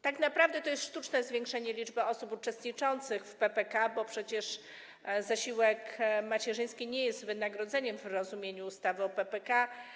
Tak naprawdę jest to sztuczne zwiększenie liczby osób uczestniczących w PPK, bo przecież zasiłek macierzyński nie jest wynagrodzeniem w rozumieniu ustawy o PPK.